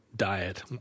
Diet